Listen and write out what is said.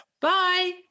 Bye